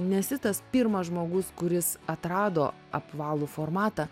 nesi tas pirmas žmogus kuris atrado apvalų formatą